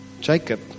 Jacob